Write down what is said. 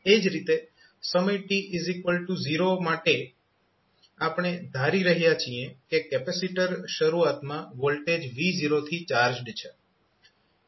એ જ રીતે સમય t0 માટે આપણે ધારી રહ્યા છીએ કે કેપેસિટર શરૂઆતમાં વોલ્ટેજ V0 થી ચાર્જડ છે